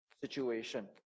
situation